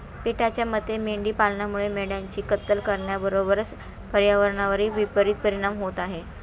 पेटाच्या मते मेंढी पालनामुळे मेंढ्यांची कत्तल करण्याबरोबरच पर्यावरणावरही विपरित परिणाम होत आहे